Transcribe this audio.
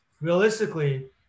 realistically